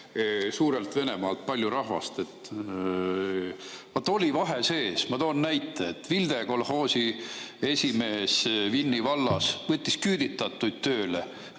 suurelt Venemaalt palju rahvast. Oli vahe sees. Ma toon näite: Vilde kolhoosi esimees Vinni vallas võttis küüditatuid tööle